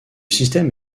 système